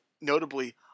notably